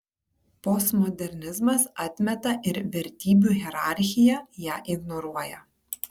postmodernizmas atmeta ir vertybių hierarchiją ją ignoruoja